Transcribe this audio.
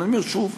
אבל אני אומר שוב,